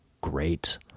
great